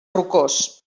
rocós